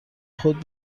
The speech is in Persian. خود